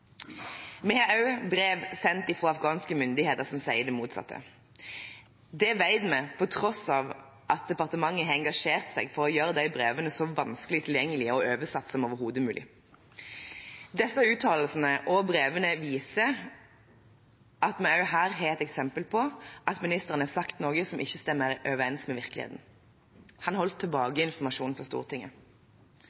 Vi har også brev sendt fra afghanske myndigheter som sier det motsatte. Det vet vi, på tross av at departementet har engasjert seg for å gjøre disse brevene så vanskelig tilgjengelig og oversatt som overhodet mulig. Disse uttalelsene og brevene viser at vi også her har et eksempel på at ministeren har sagt noe som ikke stemmer overens med virkeligheten. Han holdt tilbake informasjon for Stortinget. Et eksempel er spørsmålet av 6. oktober fra